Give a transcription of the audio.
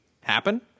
happen